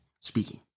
speaking